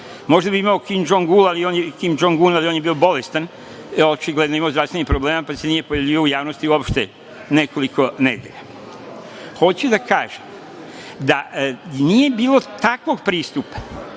Možda bi imao Kim Džong Un, ali on je bio bolestan, očigledno je imao zdravstvenih problema pa se nije pojavljivao u javnosti uopšte nekoliko nedelja. Hoću da kažem, da nije bilo takvog pristupa,